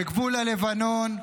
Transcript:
בגבול הלבנון,